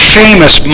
famous